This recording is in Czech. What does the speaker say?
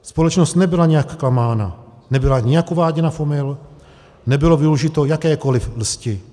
Společnost nebyla nijak klamána, nebyla nijak uváděna v omyl, nebylo využito jakékoli lsti.